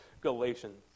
Galatians